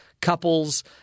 couples